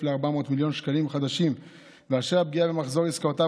שקלים ל-400 מיליון שקלים חדשים ואשר הפגיעה במחזור עסקאותיו